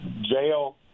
jail—